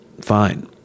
fine